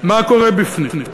מה קורה בפנים.